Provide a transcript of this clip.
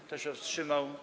Kto się wstrzymał?